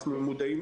אנחנו מודעים